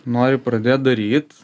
nori pradėt daryt